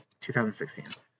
2016